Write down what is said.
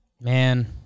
Man